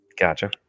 Gotcha